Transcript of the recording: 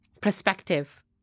perspective